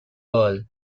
bowl